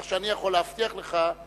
כך שאני יכול להבטיח לך שחוק